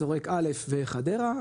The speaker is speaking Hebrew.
שורק א' וחדרה.